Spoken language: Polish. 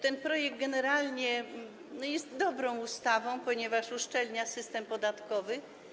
Ten projekt generalnie jest dobrą ustawą, ponieważ uszczelnia system podatkowy.